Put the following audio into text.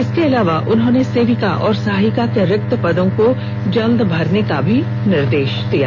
इसके अलावा उन्होंने सेविका एवं सहायिका के रिक्त पदों को भी जल्द भरने के भी निर्देश दिये